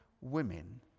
women